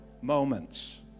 moments